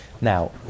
Now